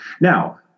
Now